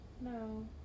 No